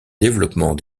développement